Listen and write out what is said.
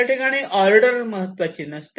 याठिकाणी ऑर्डर महत्त्वाचे नसते